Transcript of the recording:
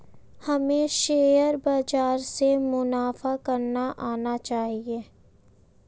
हमें शेयर बाजार से मुनाफा करना आना चाहिए